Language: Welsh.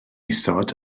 isod